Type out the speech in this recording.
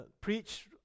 preach